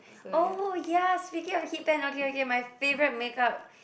oh ya speaking of hit pan okay okay my favorite makeup